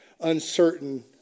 uncertain